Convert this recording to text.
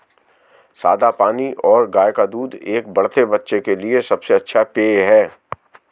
सादा पानी और गाय का दूध एक बढ़ते बच्चे के लिए सबसे अच्छा पेय हैं